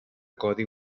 codi